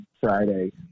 Friday